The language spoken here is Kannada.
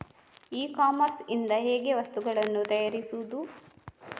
ಇ ಕಾಮರ್ಸ್ ಇಂದ ಹೇಗೆ ವಸ್ತುಗಳನ್ನು ತರಿಸುವುದು?